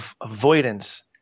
Avoidance